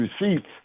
receipts